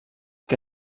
que